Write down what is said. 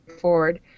forward